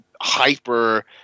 hyper